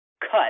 cut